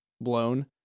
blown